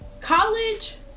College